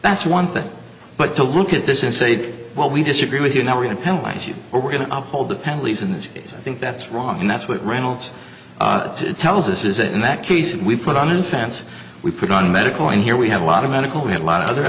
that's one thing but to look at this is say what we disagree with you now we're going to penalize you or we're going to hold the penalties in this case i think that's wrong and that's what reynolds tells us is it in that case we put on an offense we put on medical and here we have a lot of medical we have a lot of other